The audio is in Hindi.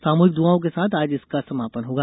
सामूहिक द्आ के साथ आज इसका समापन होगा